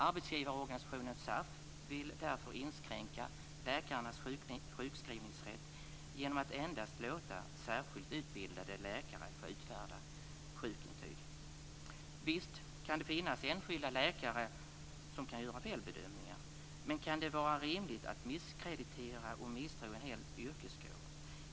Arbetsgivarorganisationen SAF vill därför inskränka läkarnas sjukskrivningsrätt genom att endast särskilt utbildade läkare ska få utfärda sjukintyg. Visst kan det finnas enskilda läkare som kan göra felbedömningar, men kan det vara rimligt att misskreditera och misstro en hel yrkeskår?